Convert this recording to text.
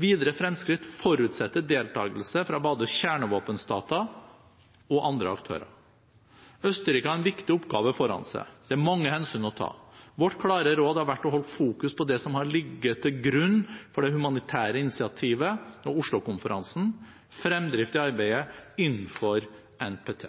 Videre fremskritt forutsetter deltagelse fra både kjernevåpenstater og andre aktører. Østerrike har en viktig oppgave foran seg. Det er mange hensyn å ta. Vårt klare råd har vært å holde fokus på det som har ligget til grunn for det humanitære initiativet med Oslo-konferansen, fremdrift i arbeidet innenfor NPT.